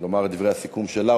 לומר את דברי הסיכום שלה,